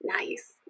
Nice